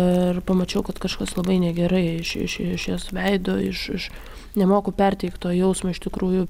ir pamačiau kad kažkas labai negerai iš iš iš jos veido iš iš nemoku perteikt to jausmo iš tikrųjų